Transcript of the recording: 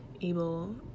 able